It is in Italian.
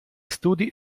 studi